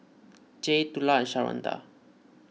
Jaye Tula and Sharonda